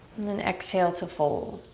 and then exhale to fold.